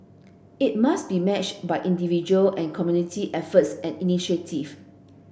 it must be matched by individual and community efforts and initiative